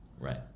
Right